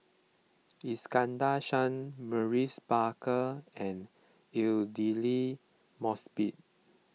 Iskandar Shah Maurice Baker and Aidli Mosbit